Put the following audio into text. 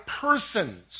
persons